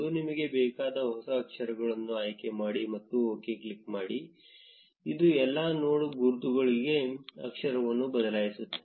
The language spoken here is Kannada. ನಿಮಗೆ ಬೇಕಾದ ಹೊಸ ಅಕ್ಷರಗಳನ್ನು ಆಯ್ಕೆ ಮಾಡಿ ಮತ್ತು OK ಕ್ಲಿಕ್ ಮಾಡಿ ಇದು ಎಲ್ಲಾ ನೋಡ್ ಗುರುತುಗಳಿಗೆ ಅಕ್ಷರವನ್ನು ಬದಲಾಯಿಸುತ್ತದೆ